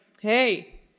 hey